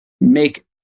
make